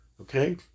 Okay